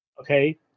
Okay